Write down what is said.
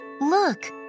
Look